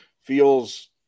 feels